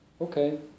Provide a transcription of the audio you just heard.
okay